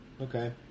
Okay